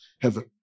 heaven